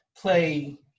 play